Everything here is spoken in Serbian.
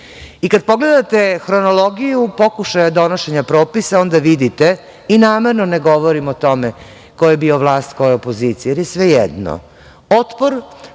pogledate hronologiju, pokušaja donošenja propisa, onda vidite i namerno ne govorim o tome, ko je bio vlast, ko je opozicija, jer je svejedno. Otpor